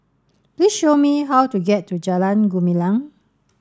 please show me how to get to Jalan Gumilang